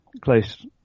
Close